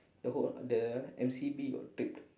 the whole the M_C_B all tripped